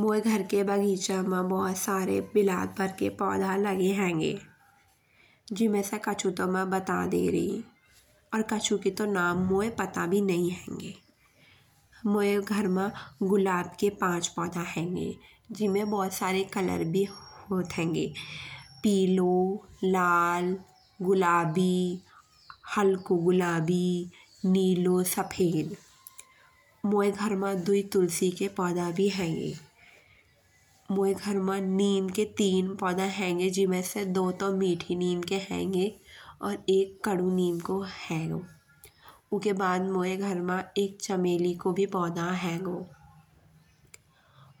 मोये घर के बगीचा मा भोत सारे विलात भर के पौधा लगे हेंगे। जिमे से कछु तो मैं बताये दे रही और कछु के तो नाम मोये पता भी नहीं हेंगे। मोये घर मा गुलाब के पांच पौधा हेंगे जिमे भोत सारे कलर भी होत हेंगे। पीलो लाल गुलाबी हलको गुलाबी नीलो सफेद। मोये घर मा दुइ तुलसी के पौधा भी हेंगे। मोये घर मा नीम के तीन पौधा हेंगे जिन में से दो तो मीठी नीम के हेंगे अउर एक कड़ू नीम को हेगो। उके बाद मोये घर मा एक चमेली को भी पौधा हेगो।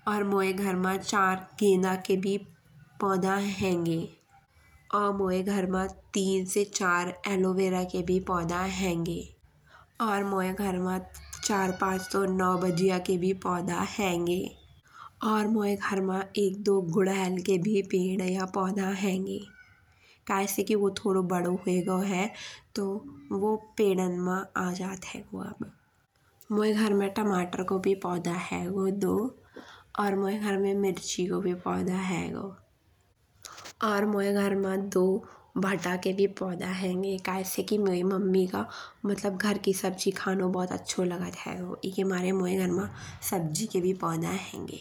और मोये घर मा चार गेंदा के भी पौधा हेंगे। और मोये घर मा तीन से चार एलोवेरा के भी पौधा हेंगे। और मोये घर मा चार पांच तो के भी पौधा हेंगे। और मोये घर मा एक दो गुड़हल के भी पेड़ या पौधा हेंगे। कय से कि ओ थोड़ा बड़ा हुये गओ है तो वो पेड़न मा आ जात हेगो। मोये घर मा टमाटर को भी पौधा हेगो दो। और मोये घर मा मिर्ची को भी पौधा हेगो। और मोये घर मा दो भटा के भी पौधा हेंगे। कय से मोयी मम्मी का घर की सब्जी खाणो बहोत अच्छो लागत हेगो। एके मारे मोये घर मा सब्जी के भी पौधा हेंगे।